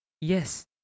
Yes